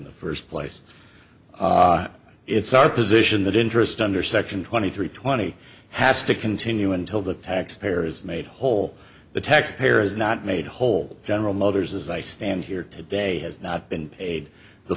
the first place it's our position that interest under section twenty three twenty has to continue until the taxpayer is made whole the taxpayer is not made whole general motors as i stand here today has not been paid the